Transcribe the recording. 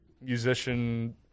musician